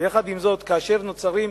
עם זאת, כאשר נוצרים